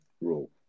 rule